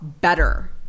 better